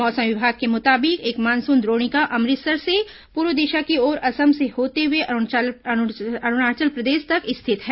मौसम विभाग के मुताबिक एक मानसून द्रोणिका अमृतसर से पूर्व दिशा की ओर असम से होते हुए अरूणाचल प्रदेश तक स्थित है